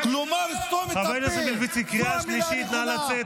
חבר הכנסת מלביצקי, קריאה ראשונה.